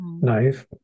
knife